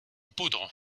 poudre